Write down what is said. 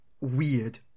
weird